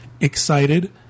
excited